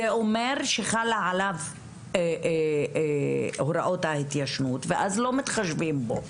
נמחק זה אומר שחל עליו הוראות ההתיישנות ואז לא מתחשבים בו.